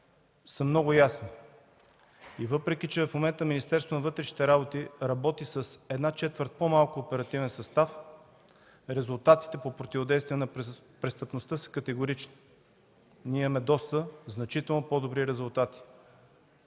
са много ясни. Въпреки че в момента Министерството на вътрешните работи, работи с една четвърт по-малко оперативен състав, резултатите по противодействие на престъпността са категорични. Ние имаме значително по-добри резултати.